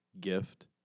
gift